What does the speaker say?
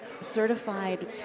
certified